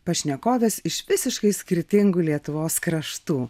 pašnekovės iš visiškai skirtingų lietuvos kraštų